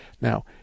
Now